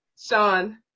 Sean